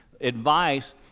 advice